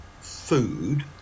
food